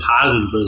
positive